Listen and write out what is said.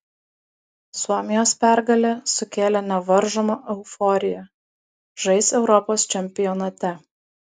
suomijos pergalė sukėlė nevaržomą euforiją žais europos čempionate